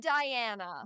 Diana